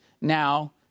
now